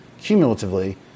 cumulatively